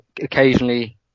occasionally